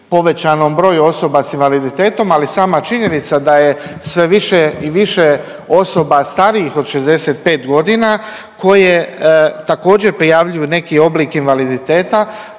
povećanom broju osoba s invaliditetom, ali sama činjenica da je sve više i više osoba starijih od 65.g. koje također prijavljuju neki oblik invaliditeta,